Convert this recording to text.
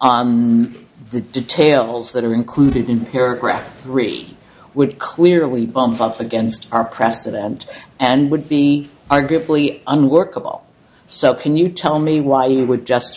on the details that are included in paragraph three would clearly bump up against our president and would be arguably unworkable so can you tell me why you would just